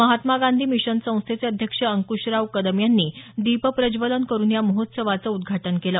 Mahatma Gandhi mission संस्थेचे अध्यक्ष अंकूशराव कदम यांनी दीप प्रज्वलन करून या महोत्सवाचं उद्घाटन केलं